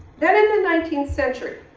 then in the nineteenth century,